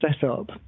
setup